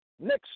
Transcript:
Next